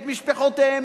את משפחותיהם,